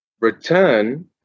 return